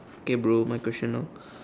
okay bro my question now